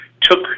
took